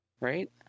right